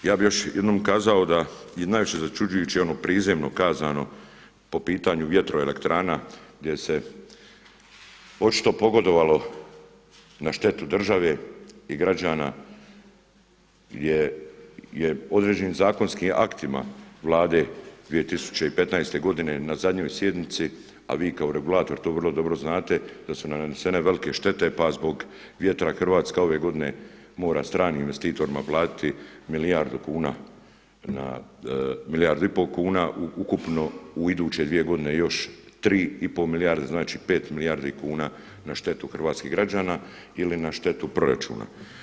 Ja bih još jednom kazao da je najviše začuđujuće ono prizemno kazano po pitanju vjetroelektrana gdje se očito pogodovalo na štetu države i građana je određenim zakonskim aktima vlade 2015. godine na zadnjoj sjednici, a vi kao regulator to vrlo dobro znate, da su nanesene velike štete pa zbog vjetra Hrvatska ove godine mora stranim investitorima platiti milijardu i pol kuna ukupno i u iduće dvije godine još 3,5 milijarde znači pet milijardi kuna na štetu hrvatskih građana ili na štetu proračuna.